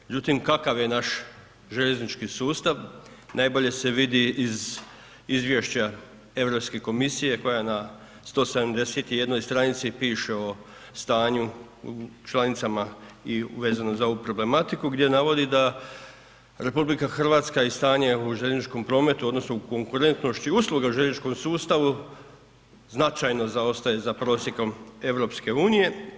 Međutim, kakav je naš željeznički sustav, najbolje se vidi iz Izvješća EU komisije koja je na 171 stranici piše o stanju u članicama i vezano za ovu problematiku gdje navodi da RH i stanje u željezničkom prometu odnosno u konkurentnosti usluga u željezničkom sustavu značajno zaostaje za prosjekom EU-e.